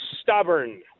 stubborn